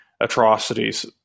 atrocities